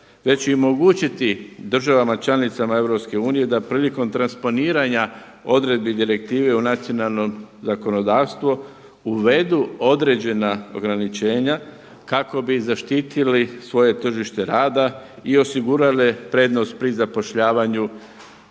će im omogućiti državama članicama EU da prilikom transponiranja odredbi direktive u nacionalno zakonodavstvo uvedu određena ograničenja kako bi zaštitili svoje tržište rada i osigurale prednost pri zapošljavanju